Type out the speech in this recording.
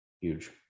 Huge